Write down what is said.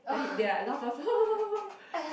then they like laugh laugh